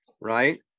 right